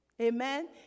amen